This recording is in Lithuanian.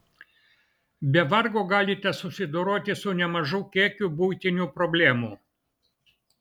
be vargo galite susidoroti su nemažu kiekiu buitinių problemų